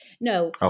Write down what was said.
No